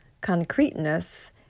concreteness